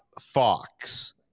Fox